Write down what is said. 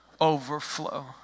overflow